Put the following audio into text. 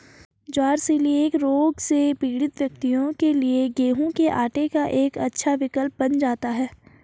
ज्वार coeliac रोग से पीड़ित व्यक्तियों के लिए गेहूं के आटे का एक अच्छा विकल्प बन जाता है